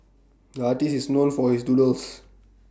the artist is known for his doodles